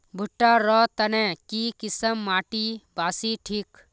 भुट्टा र तने की किसम माटी बासी ठिक?